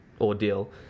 ordeal